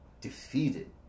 Defeated